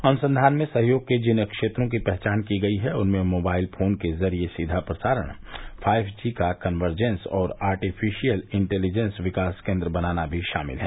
अनुसंधान में सहयोग के जिन क्षेत्रों की पहचान की गई है उनमें मोबाइल फोन के जरिये सीधा प्रसारण फाइव जी का कन्वर्जेन्स और आर्टिफिशयल इंटेलीजेंस विकास केन्द्र बनाना भी शामिल हैं